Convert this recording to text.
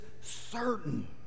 certain